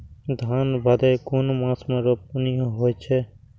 धान भदेय कुन मास में रोपनी होय छै?